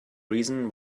reason